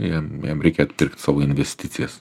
jam jam reikia atpirkt savo investicijas